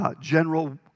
general